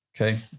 Okay